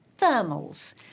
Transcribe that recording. thermals